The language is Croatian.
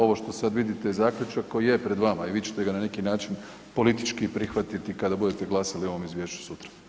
Ovo što sada vidite je zaključak koji je pred vama i vi ćete ga na neki način politički i prihvatiti kada bude glasali o ovom izvješću sutra.